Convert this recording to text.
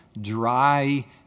dry